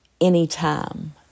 anytime